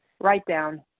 write-down